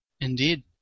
Indeed